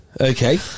Okay